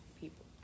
people